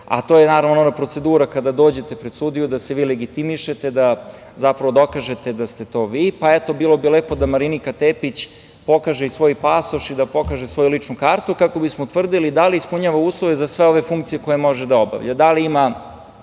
a to je naravno ona procedura kada dođete pred sudiju da se vi legitimišete da, zapravo, dokažete da ste to vi, pa, eto, bilo bi lepo da Marinika Tepić pokaže i svoj pasoš i da pokaže svoju ličnu kartu kako bismo utvrdili da li ispunjava uslove za sve ove funkcije koje može da obavlja.